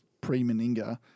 pre-Meninga